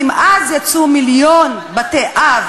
כי אם אז יצאו מיליון בתי-אב